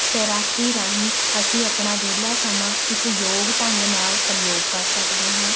ਤੈਰਾਕੀ ਰਾਹੀਂ ਅਸੀਂ ਆਪਣਾ ਵਿਹਲਾ ਸਮਾਂ ਇਕ ਯੋਗ ਢੰਗ ਨਾਲ ਪ੍ਰਯੋਗ ਕਰ ਸਕਦੇ ਹਾਂ